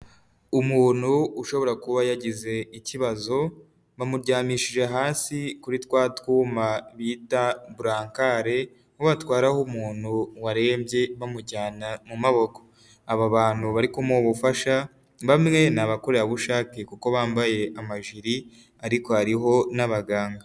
Umuntu ushobora kuba yagize ikibazo bamuryamishije hasi kuri twatwuma bita burankare batwararaho umuntu warembye bamujyana mu maboko, aba bantu bari kumuha ubufasha bamwe ni abakorabushacye kuko bambaye amajiri ariko hariho n'abaganga.